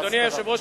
אדוני היושב-ראש,